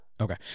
okay